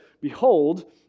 Behold